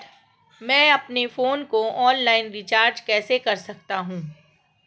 मैं अपने फोन को ऑनलाइन रीचार्ज कैसे कर सकता हूं?